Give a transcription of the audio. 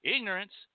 Ignorance